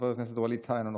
חבר הכנסת ישראל אייכלר,